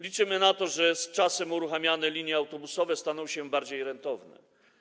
Liczymy na to, że z czasem uruchamiane linie autobusowe staną się bardziej rentowne.